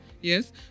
yes